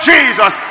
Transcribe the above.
Jesus